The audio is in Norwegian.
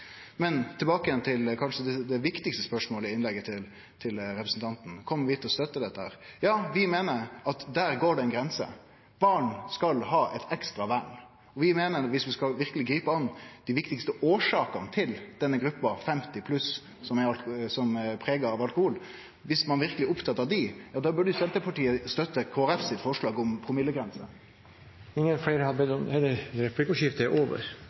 Men tilbake igjen til kanskje det viktigaste spørsmålet i innlegget frå representanten: Kjem vi til å støtte dette? Ja, vi meiner at der går det ei grense. Barn skal ha eit ekstra vern. Vi meiner at dersom vi verkeleg skal gripe tak i dei viktigaste årsakene, med omsyn til denne gruppa 50 pluss som er prega av alkohol, burde Senterpartiet, dersom ein verkeleg er opptatt av dei, støtte Kristeleg Folkeparti sitt forslag om promillegrense. Replikkordskiftet er over.